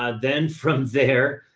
ah then from there,